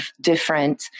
different